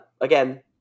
Again